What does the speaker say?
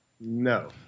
No